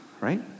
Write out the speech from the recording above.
right